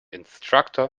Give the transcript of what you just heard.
instructor